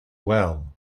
well